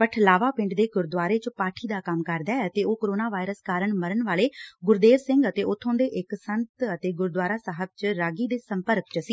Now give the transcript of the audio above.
ਪਠਲਾਵਾ ਪਿੰਡ ਦੇ ਗੁਰਦੁਆਰੇ ਚ ਪਾਠੀ ਦਾ ਕੰਮ ਕਰਦੈ ਅਤੇ ਉਹ ਕੋਰੋਨਾ ਵਾਇਰਸ ਕਾਰਨ ਮਰਨ ਵਾਲੇ ਗੁਰਦੇਵ ਸਿੰਘ ਅਤੇ ਉਥੋਂ ਦੇ ਇਕ ਸੰਤ ਅਤੇ ਗੁਰਦੁਆਰਾ ਸਾਹਿਬ ਚ ਰਾਗੀ ਦੇ ਸੰਪਰਕ ਚ ਸੀ